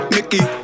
Mickey